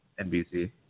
NBC